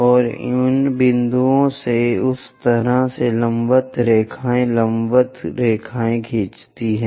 और उन बिंदुओं से उस तरह से लंबवत रेखाएं लंबवत रेखाएं खींचती हैं